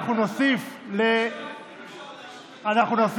אם אפשר להאשים את אורלי לוי, אנחנו נוסיף